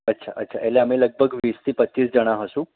અચ્છા અચ્છા એટલે અમે લગભગ વીસથી પચીસ જણા હશું